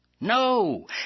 No